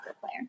player